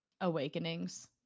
awakenings